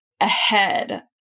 ahead